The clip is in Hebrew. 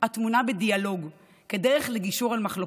הטמונה בדיאלוג כדרך לגישור על מחלוקות.